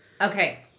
Okay